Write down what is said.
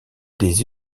des